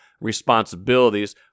responsibilities